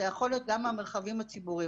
זה יכול גם המרחבים הציבוריים.